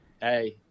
hey –